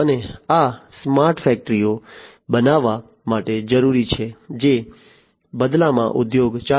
અને આ સ્માર્ટ ફેક્ટરીઓ બનાવવા માટે જરૂરી છે જે બદલામાં ઉદ્યોગ 4